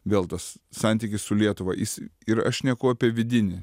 vėl tas santykis su lietuva jis ir aš šneku apie vidinį